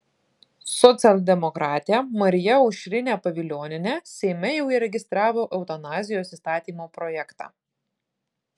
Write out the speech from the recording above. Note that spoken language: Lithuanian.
socialdemokratė marija aušrinė pavilionienė seime jau įregistravo eutanazijos įstatymo projektą